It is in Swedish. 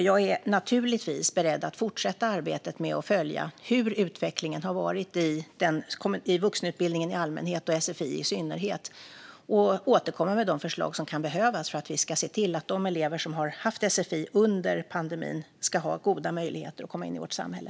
Jag är naturligtvis beredd att fortsätta arbetet med att följa hur utvecklingen har varit i vuxenutbildningen i allmänhet och sfi i synnerhet och återkomma med de förslag som kan behövas för att vi ska se till att de elever som haft sfi under pandemin ska ha goda möjligheter att komma in i vårt samhälle.